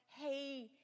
Hey